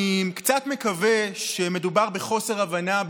אני קצת מקווה שמדובר בחוסר הבנה,